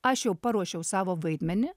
aš jau paruošiau savo vaidmenį